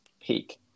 peak